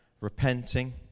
repenting